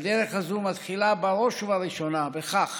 והדרך הזאת מתחילה בראש ובראשונה בכך